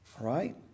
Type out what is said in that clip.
right